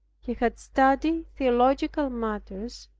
he had studied theological matters,